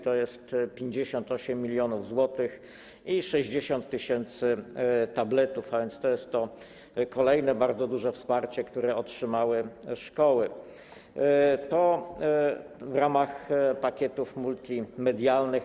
To jest 58 mln zł i 60 tys. tabletów, a więc to jest kolejne bardzo duże wsparcie, które otrzymały szkoły - w ramach pakietów multimedialnych.